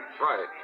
Right